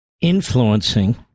influencing